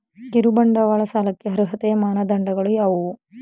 ಕಿರುಬಂಡವಾಳ ಸಾಲಕ್ಕೆ ಅರ್ಹತೆಯ ಮಾನದಂಡಗಳು ಯಾವುವು?